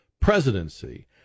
presidency